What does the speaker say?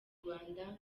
rwanda